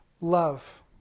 love